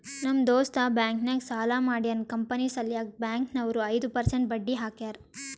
ನಮ್ ದೋಸ್ತ ಬ್ಯಾಂಕ್ ನಾಗ್ ಸಾಲ ಮಾಡ್ಯಾನ್ ಕಂಪನಿ ಸಲ್ಯಾಕ್ ಬ್ಯಾಂಕ್ ನವ್ರು ಐದು ಪರ್ಸೆಂಟ್ ಬಡ್ಡಿ ಹಾಕ್ಯಾರ್